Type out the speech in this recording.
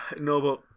No